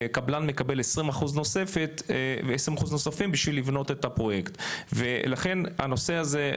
קבלן מקבל 20 אחוז נוספים בשביל לבנות את הפרויקט ולכן הנושא הזה,